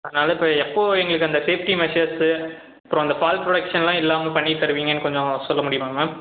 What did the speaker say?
அதனால் இப்போ எப்போது எங்களுக்கு அந்த சேஃப்டி மெஷர்ஸ்ஸு அப்புறம் அந்த ஃபால் ப்ரொடக்ஷனெல்லாம் இல்லாமல் பண்ணி தருவீங்கன்னு கொஞ்சம் சொல்ல முடியுமா மேம்